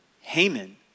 Haman